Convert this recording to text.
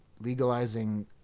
legalizing